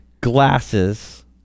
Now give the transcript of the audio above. Glasses